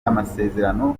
amasezerano